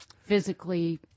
physically